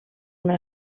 una